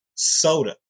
Soda